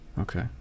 Okay